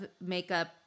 makeup